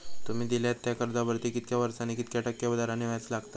तुमि दिल्यात त्या कर्जावरती कितक्या वर्सानी कितक्या टक्के दराने व्याज लागतला?